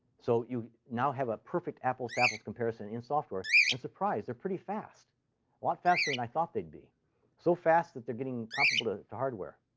so you now have a perfect apples-to-apples comparison in software, and surprise, they're pretty fast a lot faster than i thought they'd be so fast that they're getting comparable to to hardware.